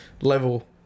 level